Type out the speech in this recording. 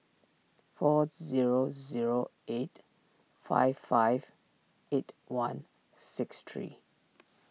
four zero zero eight five five eight one six three